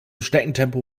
schneckentempo